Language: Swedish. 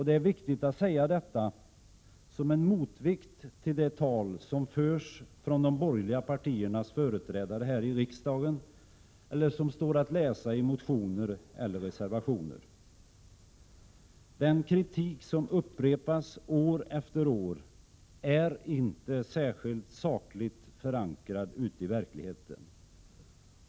Det är viktigt att säga detta som en motvikt till det tal som förs av de borgerliga partiernas företrädare här i riksdagen eller till det som står att läsa i motioner eller reservationer. Den kritik som upprepas år efter år är inte särskilt sakligt förankrad i verkligheten.